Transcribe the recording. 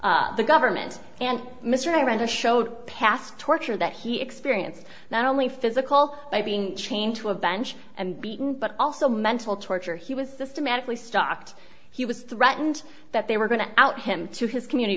of the government and mr i ran the show past torture that he experienced not only physical by being chained to a bench and beaten but also mental torture he was systematically stocked he was threatened that they were going to out him to his community